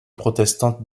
protestante